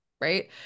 right